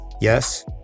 Yes